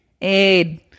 aid